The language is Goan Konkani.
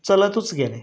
चलतूच गेले